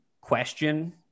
question